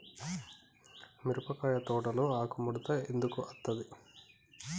మిరపకాయ తోటలో ఆకు ముడత ఎందుకు అత్తది?